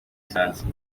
lisansi